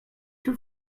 too